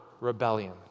rebellion